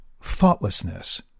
thoughtlessness